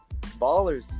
ballers